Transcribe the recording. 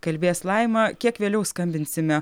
kalbės laima kiek vėliau skambinsime